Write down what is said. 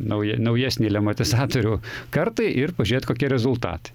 nauji naujesnei lematizatorių kartai ir pažiūrėt kokie rezultatai